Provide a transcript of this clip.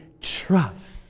trust